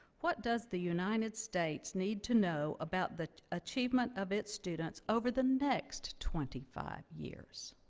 what does the united states need to know about the achievement of its students over the next twenty five years?